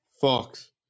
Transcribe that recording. Fox